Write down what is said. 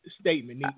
statement